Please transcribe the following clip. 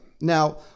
Now